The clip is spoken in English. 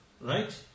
right